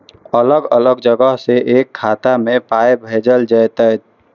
अलग अलग जगह से एक खाता मे पाय भैजल जेततै?